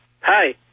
Hi